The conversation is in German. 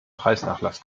preisnachlass